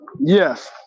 Yes